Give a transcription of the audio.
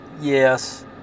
yes